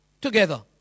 together